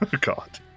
God